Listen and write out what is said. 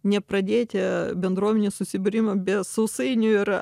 nepradėti bendruomenės susibūrimo be sausainių ir